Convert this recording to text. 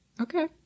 Okay